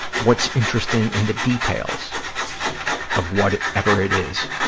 what's interesting in the details of whatever it is,